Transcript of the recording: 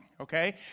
okay